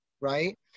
right